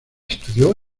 estudió